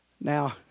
Now